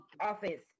office